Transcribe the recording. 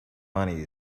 money